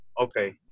Okay